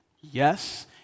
Yes